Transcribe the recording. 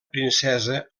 princesa